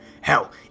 Hell